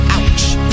Ouch